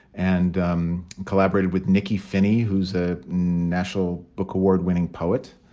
and um collaborated with nikky finney, who's a national book award winning poet.